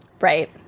Right